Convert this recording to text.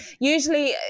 usually